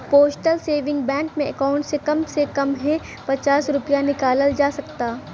postal saving bank में account से कम से कम हे पचास रूपया निकालल जा सकता